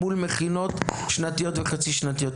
מול מכינות שנתיות וחצי-שנתיות?